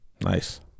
Nice